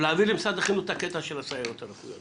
ולהעביר למשרד החינוך את הקטע של הסייעות הרפואיות.